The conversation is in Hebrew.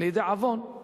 לידי עוון.